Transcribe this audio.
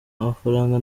amafaranga